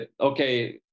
okay